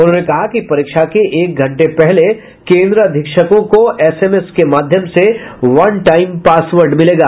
उन्होंने कहा कि परीक्षा के एक घंटे पहले केंद्राधीक्षकों को एसएमएस के माध्यम से वन टाइम पासवर्ड मिलेगा